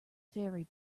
ferry